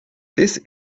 this